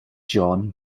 john